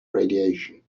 radiation